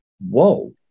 Whoa